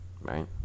Right